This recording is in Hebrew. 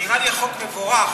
נראה לי שהחוק מבורך.